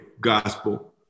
gospel